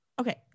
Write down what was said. Okay